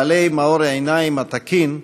בעלי מאור העיניים התקין,